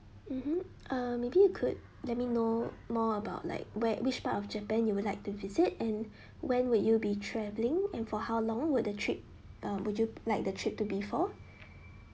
mmhmm uh maybe you could let me know more about like where which part of japan you would like to visit and when would you be travelling and for how long would the trip uh would you like the trip to be for